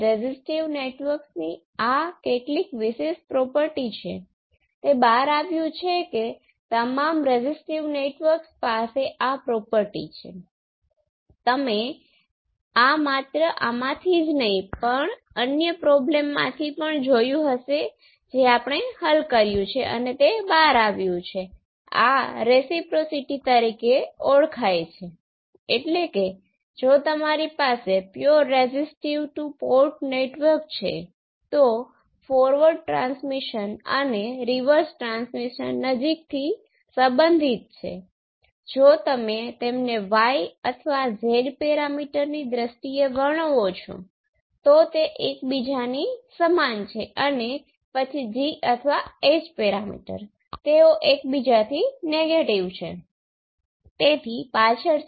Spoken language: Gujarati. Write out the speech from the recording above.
જ્યારે k ભાંગ્યા A ખૂબ નાનું હોય ત્યારે આ પદાવલિ તેમજ અગાઉની પદાવલિ k ની બરાબર હશે અથવા લગભગ k જેટલી હશે